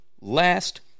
Last